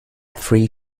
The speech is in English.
three